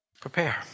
Prepare